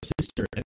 sister